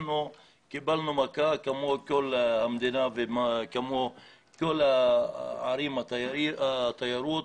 אנחנו קיבלנו מכה כמו כל המדינה וכמו כל הערים התיירותיות.